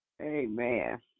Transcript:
Amen